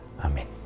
Amen